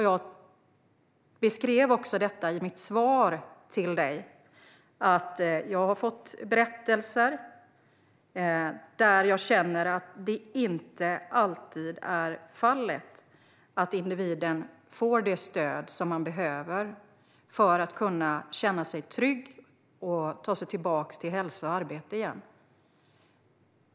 Jag beskrev också i mitt svar till dig att jag har fått berättelser om fall där jag inte alltid känner att individen fått det stöd som man behöver för att kunna känna sig trygg och ta sig tillbaka till hälsa och arbete igen.